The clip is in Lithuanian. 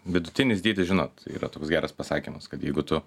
vidutinis dydis žinot yra toks geras pasakymas kad jeigu tu